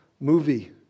movie